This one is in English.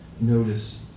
notice